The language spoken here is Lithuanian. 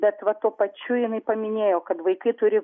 bet va tuo pačiu jinai paminėjo kad vaikai turi